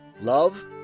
love